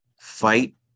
fight